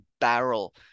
barrel